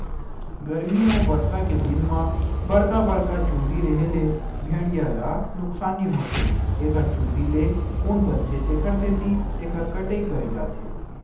गरमी अउ बरसा के दिन म बड़का बड़का चूंदी रेहे ले भेड़िया ल नुकसानी होथे एखर चूंदी ले ऊन बनथे तेखर सेती एखर कटई करे जाथे